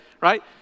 right